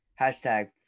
Hashtag